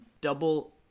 double